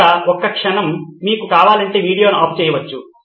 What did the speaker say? ఇక్కడ ఒక క్షణం మీకు కావాలంటే వీడియోను ఆపు చేయవచ్చు